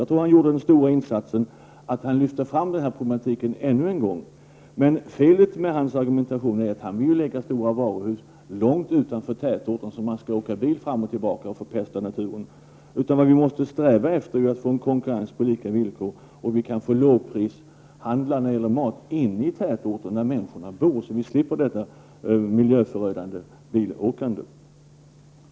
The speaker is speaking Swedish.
Hans största insats i det sammanhanget är att han ännu en gång lyft fram denna problematik. Felet i hans agerande är att han vill lägga stora varuhus långt utanför tätorterna, så att man måste resa fram och tillbaka med bil och förpesta naturen. Vi måste sträva efter att få en konkurrens på lika villkor genom att ha lågprisvaruhus inne i tätorterna där människorna bor, så att vi slipper detta miljöförödande bilåkande.